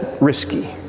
risky